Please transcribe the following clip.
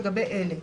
לגבי אלה: